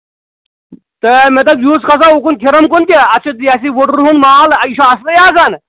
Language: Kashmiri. تہٕ مےٚ دوٚپ یِہُس کھَسو اُکُن کھِرَم کُن تہِ اَتھ چھِ یہِ آسہِ وٕڈٕروُن مال یہِ چھُ اَصلٕے آسان